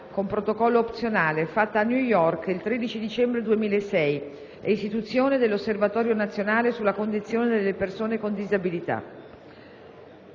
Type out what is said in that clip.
con Protocollo opzionale, fatta a New York il 13 dicembre 2006 e istituzione dell'Osservatorio nazionale sulla condizione delle persone con disabilità